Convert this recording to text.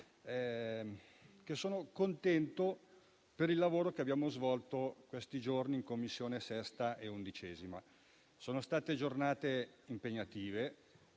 sono contento per il lavoro che abbiamo svolto in questi giorni nelle Commissioni 6a e 11a. Sono state giornate impegnative